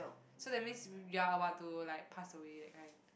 so that means y~ you are about to like pass away that kind